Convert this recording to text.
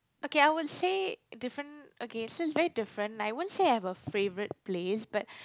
okay I would say different okay it's a very different I won't say I have a favourite place but